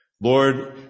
Lord